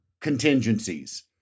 contingencies